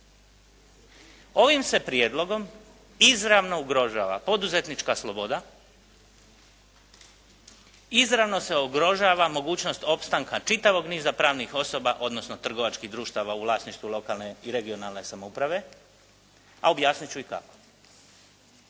Ovim se prijedlogom izravno ugrožava poduzetnička sloboda, izravno se ugrožava mogućnost opstanka čitavog niza pravnih osoba, odnosno trgovačkih društava u vlasništvu lokalne i regionalne samouprave a objasniti ću i kako.